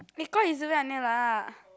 eh call lah